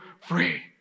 free